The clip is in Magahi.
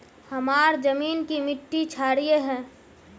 हमार जमीन की मिट्टी क्षारीय है?